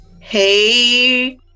Hey